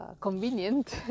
convenient